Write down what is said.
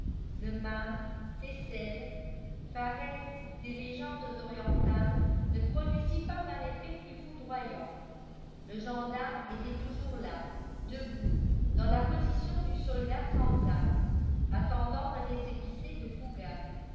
le mane thécel pharès des légendes orientales ne produisit pas un effet plus foudroyant le gendarme était toujours là debout dans la position du soldat sans armes attendant le récépissé de fougas